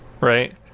right